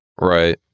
Right